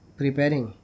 preparing